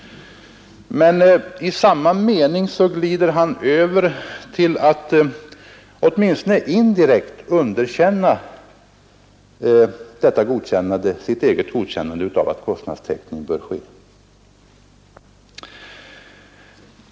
Men i samma mening glider han över till att åtminstone indirekt underkänna sitt eget godkännande av att kostnadstäckning bör föreligga.